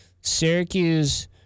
Syracuse